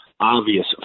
obvious